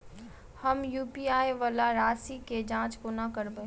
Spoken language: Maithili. हम यु.पी.आई वला राशि केँ जाँच कोना करबै?